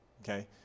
okay